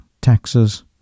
taxes